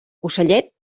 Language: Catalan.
ocellet